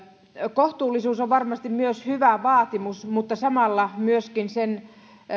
kohtuullisuus on varmasti myös hyvä vaatimus mutta samalla myöskin sen